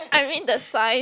I mean the sign